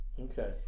Okay